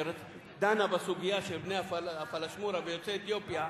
שדנה בסוגיה של בני הפלאשמורה ויוצאי אתיופיה,